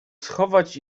schować